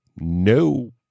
no